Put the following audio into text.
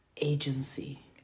Agency